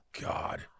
God